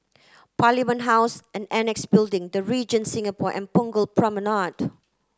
Parliament House and Annexe Building The Regent Singapore and Punggol Promenade